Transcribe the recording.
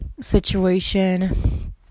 situation